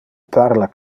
parla